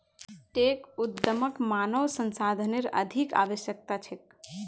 tech उद्यमक मानव संसाधनेर अधिक आवश्यकता छेक